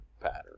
pattern